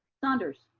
saunders,